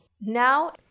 Now